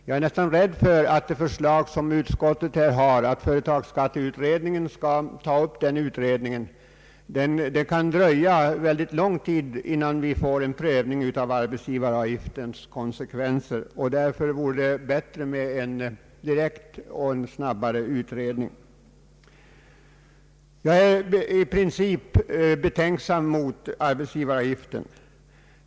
Jag är rädd för att utskottets förslag, att företagsskatteutredningen skall ta upp denna utredning, kan innebära att det kan dröja mycket lång tid innan vi får en prövning av arbetsgivaravgiftens konsekvenser. Därför vore det bättre med en direkt och snabbare utredning. Jag är i princip betänksam mot arbetsgivaravgiften.